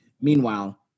Meanwhile